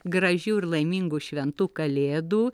gražių ir laimingų šventų kalėdų